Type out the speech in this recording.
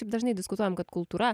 taip dažnai diskutuojam kad kultūra